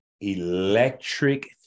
electric